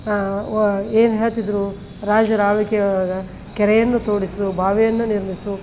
ವ ಏನು ಹೇಳ್ತಿದ್ದರು ರಾಜರ ಆಳ್ವಿಕೆ ಒಳ್ಗೆ ಕೆರೆಯನ್ನು ತೋಡಿಸು ಬಾವಿಯನ್ನು ನಿರ್ಮಿಸು